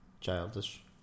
Childish